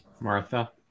Martha